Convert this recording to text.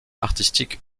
artistique